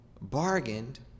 bargained